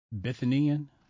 Bithynian